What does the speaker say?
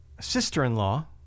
sister-in-law